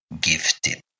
gifted